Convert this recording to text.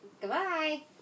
Goodbye